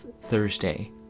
Thursday